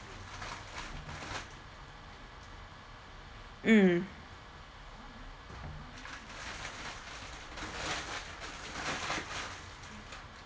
mm